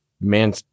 man